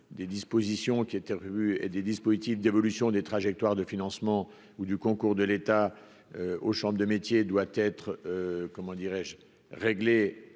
des dispositions qui étaient prévues et des dispositifs d'évolution des trajectoires de financement ou du concours de l'État aux chambres de métiers doit être, comment dirais-je, régler